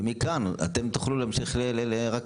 ומכאן אתם תוכלו להמשיך רק להסתחרר.